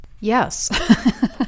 Yes